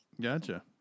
Gotcha